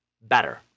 better